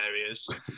areas